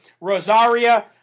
Rosaria